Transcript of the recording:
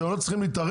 אתם לא צריכים להתערב?